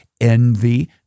envy